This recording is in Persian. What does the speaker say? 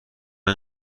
این